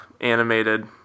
animated